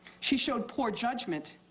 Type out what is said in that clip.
she showed poor judgment.